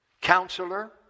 Counselor